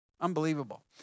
Unbelievable